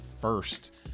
first